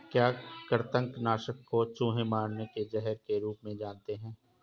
क्या कृतंक नाशक को चूहे मारने के जहर के रूप में जानते हैं?